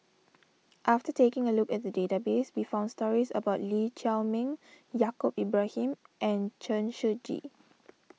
after taking a look at the database we found stories about Lee Chiaw Meng Yaacob Ibrahim and Chen Shiji